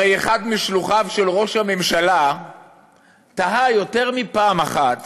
הרי אחד משלוחיו של ראש הממשלה תהה יותר מפעם אחת: